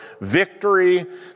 victory